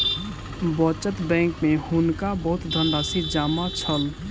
बचत बैंक में हुनका बहुत धनराशि जमा छल